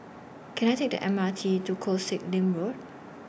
Can I Take The M R T to Koh Sek Lim Road